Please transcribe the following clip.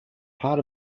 part